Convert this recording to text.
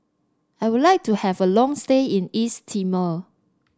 I would like to have a long stay in East Timor